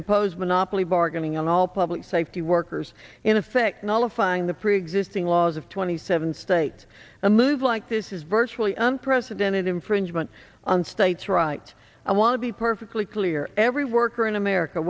impose monopoly bargaining on all public safety workers in effect nala find the preexisting laws of twenty seven states a move like this is virtually unprecedented infringement on states right i want to be perfectly clear every worker in america